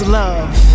love